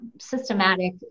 systematic